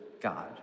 God